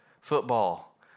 football